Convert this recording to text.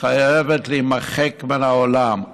להימחק מן העולם.